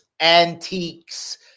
antiques